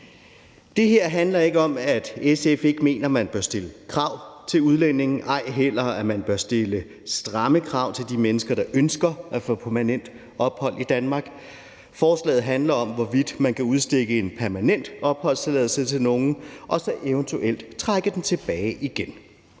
Det her handler ikke om, at SF ikke mener, man bør stille krav til udlændinge eller bør stille stramme krav til de mennesker, der ønsker at få permanent ophold i Danmark. Forslaget handler om, hvorvidt man kan udstikke en permanent opholdstilladelse til nogen og så eventuelt trække den tilbage igen.